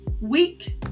week